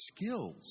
skills